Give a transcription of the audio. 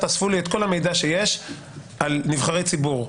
תאספו לי את כל המידע שיש על נבחרי ציבור.